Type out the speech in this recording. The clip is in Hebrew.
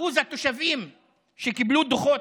שיעור התושבים שקיבלו דוחות,